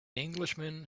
englishman